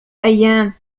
أيام